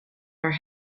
our